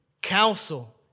counsel